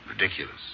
Ridiculous